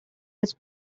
his